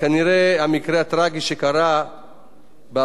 אסון הכרמל, הניע את הגלגלים,